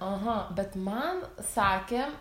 aha bet man sakė